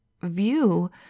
view